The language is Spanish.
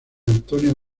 antonio